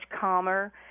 calmer